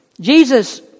Jesus